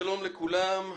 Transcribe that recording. שלום לכולם,